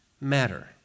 matter